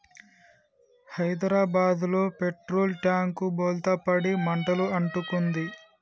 హైదరాబాదులో petrol tank బోల్తా పడి మంటలు అంటుకుంది